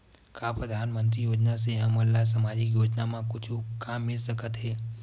का परधानमंतरी योजना से हमन ला सामजिक योजना मा कुछु काम मिल सकत हे?